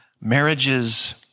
marriages